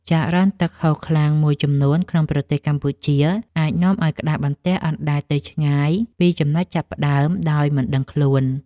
ចរន្តទឹកហូរខ្លាំងមួយចំនួនក្នុងប្រទេសកម្ពុជា អាចនាំឱ្យក្តារបន្ទះអណ្ដែតទៅឆ្ងាយពីចំណុចចាប់ផ្ដើមដោយមិនដឹងខ្លួន។